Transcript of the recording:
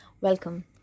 Welcome